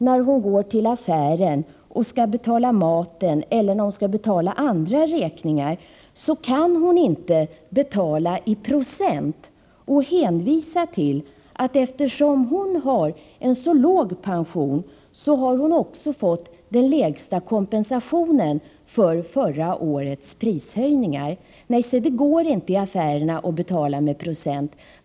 När hon går till affären och skall betala maten eller räkningen kan hon tyvärr inte betala i procent och hänvisa till, att eftersom hon har en så låg pension, har hon också den lägsta kompensationen för förra årets prishöjningar. Nej, det går inte att betala i procent i affärerna.